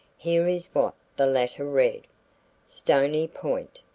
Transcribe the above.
here is what the latter read stony point.